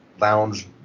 lounge